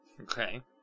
Okay